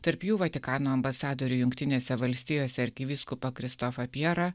tarp jų vatikano ambasadorių jungtinėse valstijose arkivyskupą kristofą pjerą